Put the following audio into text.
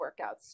workouts